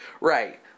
Right